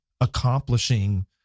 accomplishing